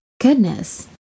Goodness